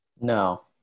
No